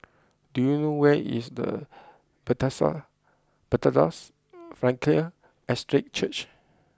do you know where is the Bethesda Frankel Estate Church